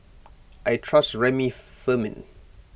I trust Remifemin